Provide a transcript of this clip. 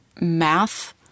math